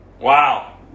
Wow